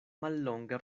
mallonge